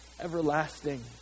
everlasting